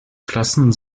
klassen